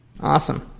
Awesome